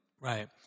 Right